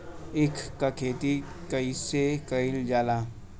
ईख क खेती कइसे कइल जाला?